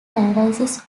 analysis